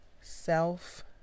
self